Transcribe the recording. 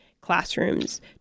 classrooms